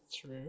true